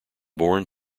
born